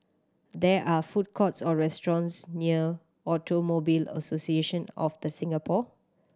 there are food courts or restaurants near Automobile Association of The Singapore